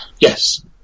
yes